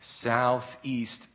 southeast